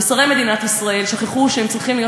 ושרי מדינת ישראל שכחו שהם צריכים להיות